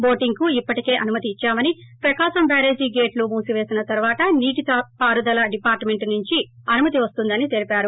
బోటింగ్కు ఇప్పటికే అనుమతినిచ్చామని ప్రకాశం బ్యారేజీ గేట్లు మూసివేసిన తరువాత నీటిపారుదల డిపార్ట్నెంట్ నుంచి అనుమతి వస్తుందని తెలిపారు